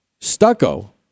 stucco